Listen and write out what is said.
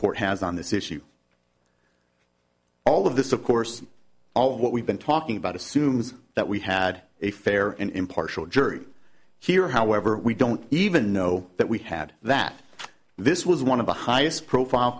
court has on this issue all of this of course all of what we've been talking about assumes that we had a fair and impartial jury here however we don't even know that we had that this was one of the highest profile